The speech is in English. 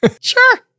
Sure